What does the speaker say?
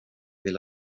vill